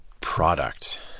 product